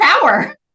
power